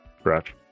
scratch